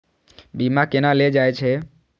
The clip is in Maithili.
बीमा केना ले जाए छे?